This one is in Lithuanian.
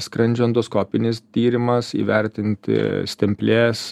skrandžio endoskopinis tyrimas įvertinti stemplės